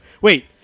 Wait